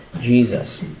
Jesus